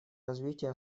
развития